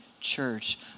church